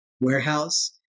warehouse